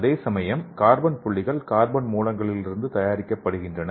அதேசமயம் கார்பன் புள்ளிகள் கார்பன் மூலங்களிலிருந்து தயாரிக்கப்படுகின்றன